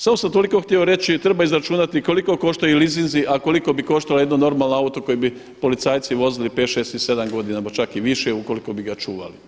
Samo sam toliko htio reći, treba izračunati koliko koštaju leasinszi, a koliko bi koštalo jedno normalno auto koje bi policajci vozili pet, šest i sedam godina, možda čak i više ukoliko bi ga čuvali.